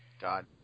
God